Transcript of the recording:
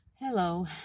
Hello